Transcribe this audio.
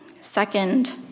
Second